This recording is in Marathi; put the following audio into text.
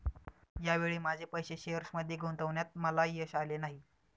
या वेळी माझे पैसे शेअर्समध्ये गुंतवण्यात मला यश आले नाही